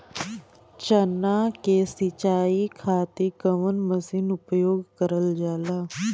चना के सिंचाई खाती कवन मसीन उपयोग करल जाला?